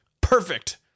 Perfect